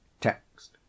text